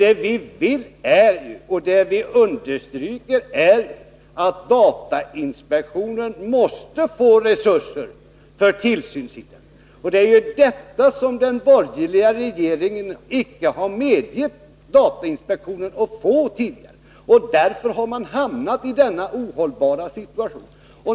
Vad vi vill och understryker är att datainspektionen måste få resurser för tillsynen. Detta har den borgerliga regeringen inte medgivit datainspektionen tidigare. Därför har man hamnat i denna ohållbara situation.